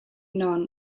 non